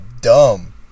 dumb